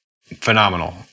phenomenal